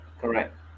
correct